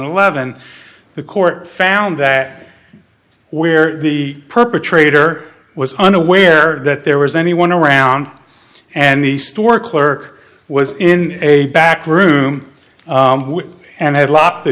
eleven the court found that where the perpetrator was unaware that there was anyone around and the store clerk was in a back room and had locked the